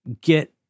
get